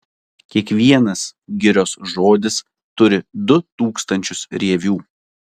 kiekvienas girios žodis turi du tūkstančius rievių